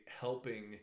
helping